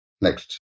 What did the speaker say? next